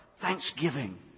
thanksgiving